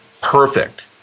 Perfect